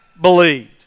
believed